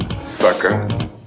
sucker